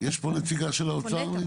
יש פה נציגה של משרד התחבורה?